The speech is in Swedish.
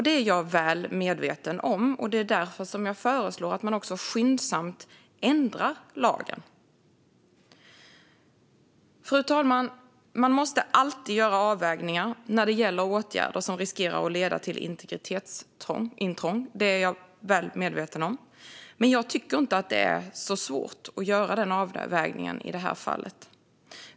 Detta är jag väl medveten om, och det är därför jag föreslår att man skyndsamt ändrar lagen. Fru talman! Det måste alltid göras avvägningar när det gäller åtgärder som riskerar att leda till integritetsintrång. Det är jag väl medveten om. Men jag tycker inte att det är så svårt att göra den avvägningen i det här fallet.